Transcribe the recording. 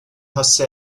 jose